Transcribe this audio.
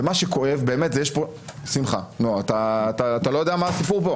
ומה שכואב שמחה, אתה לא יודע מה הסיפור פה?